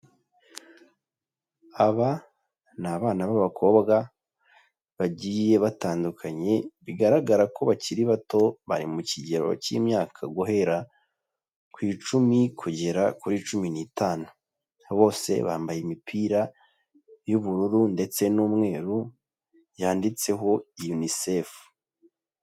Aba ni abana b'abakobwa bagiye batandukanye, bigaragara ko bakiri bato bari mu kigero cy'imyaka guhera kw icumi kugera kuri cumi n'itanu, bose bambaye imipira y'ubururu ndetse n'umweru yanditseho Unicef.